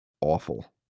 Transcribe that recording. awful